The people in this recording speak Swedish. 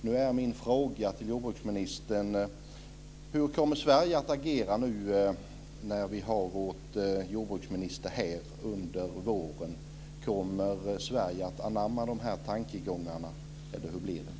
Nu är min fråga till jordbruksministern: Hur kommer Sverige att agera när vi har vårt jordbruksministermöte här under våren? Kommer Sverige att anamma dessa tankegångar, eller hur blir det?